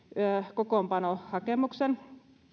kokoonpano hakemuksen